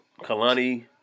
Kalani